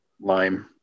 lime